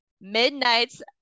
Midnight's